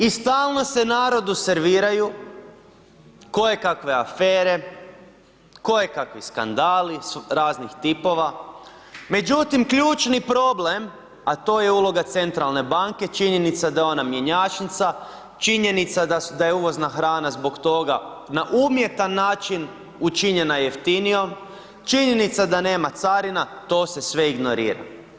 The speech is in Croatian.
I stalno se narodu serviraju kojekakve afere, kojekakvi skandali raznih tipova, međutim ključni problem, a to je uloga centralne banke, činjenica da je ona mjenjačnica, činjenica da je uvozna hrana zbog toga na umjetan način učinjena jeftinijom, činjenica da nema carina, to se sve ignorira.